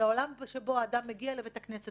זה מעדכן את זה לעולם שבו אדם מגיע לבית הכנסת